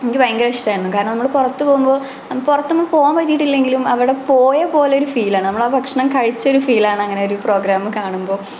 എനിക്ക് ഭയങ്കര ഇഷ്ടമായിരുന്നു കാരണം നമ്മൾ പുറത്തു പോകുമ്പോൾ പുറത്തെങ്ങും പോകാൻ പറ്റിയിട്ടിലെങ്കിലും അവരുടെ പോയപോലൊരു ഫീലാണ് നമ്മളാ ഭക്ഷണം കഴിച്ചൊരു ഫീലാണ് അങ്ങനൊരു പ്രോഗ്രാം കാണുമ്പോൾ